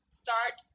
start